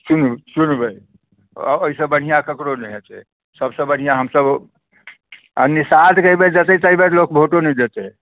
चुन चुनबै ओहिसँ बढ़िआँ केकरो नहि हेतै सबसे बढ़िआँ हमसब आ निषादके एहि बेर देतै तऽ एहि बेर लोग भोटो नहि देतै